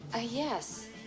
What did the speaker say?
yes